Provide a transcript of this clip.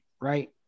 Right